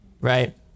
Right